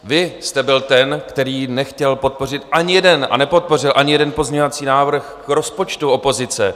Vy jste byl ten, který nechtěl podpořit ani jeden a nepodpořil ani jeden pozměňovací návrh k rozpočtu opozice.